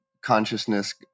consciousness